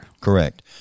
Correct